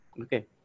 okay